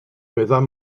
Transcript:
meddai